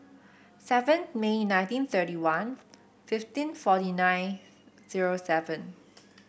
seven May nineteen thirty one fifteen forty nine zero seven